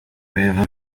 biba